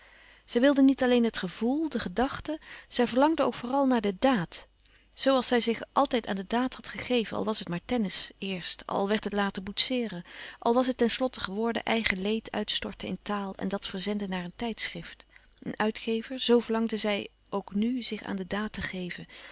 zij wilde niet alleen het gevoel de gedachte zij verlangde ook vooral naar de daad zoo als zij zich altijd aan de daad had gegeven al was het maar tennis eerst al werd het later boetseeren al was het ten slotte geworden eigen leed uitstorten in taal en dat verzenden naar een tijdschrift een uitgever zoo verlangde zij ook nu zich aan de daad te geven